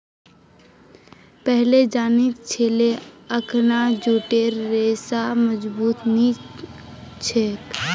पहिलेल जानिह छिले अखना जूटेर रेशा मजबूत नी ह छेक